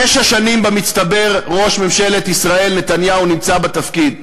תשע שנים במצטבר ראש ממשלת ישראל נתניהו נמצא בתפקיד.